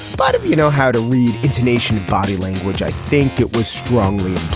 but you know how to read intonation body language i think it was strongly